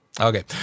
Okay